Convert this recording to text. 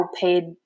paid